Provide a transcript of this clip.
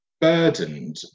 burdened